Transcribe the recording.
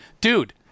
dude